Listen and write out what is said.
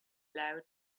loud